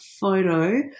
photo